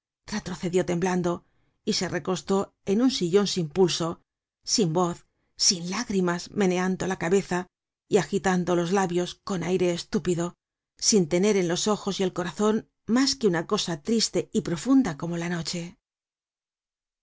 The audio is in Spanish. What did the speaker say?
retrocedió temblando y se recostó en un sillon sin pulso sin voz sin lágrimas meneando la cabeza y agitando los labios con aire estúpido sin tener en los ojos y el corazon mas que una cosa triste y profunda como la noche